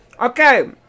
Okay